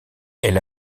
elle